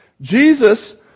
Jesus